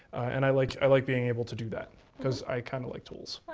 and i like i like being able to do that because i kind of like tools.